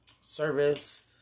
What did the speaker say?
service